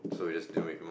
so we just do it